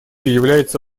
является